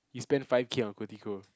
you spend five-K on